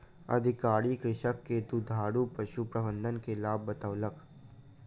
अधिकारी कृषक के दुधारू पशु प्रबंधन के लाभ बतौलक